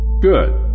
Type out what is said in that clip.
Good